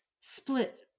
split